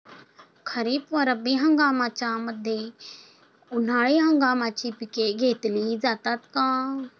खरीप व रब्बी हंगामाच्या मध्ये उन्हाळी हंगामाची पिके घेतली जातात का?